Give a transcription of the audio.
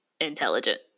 intelligent